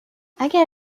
اگر